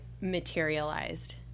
materialized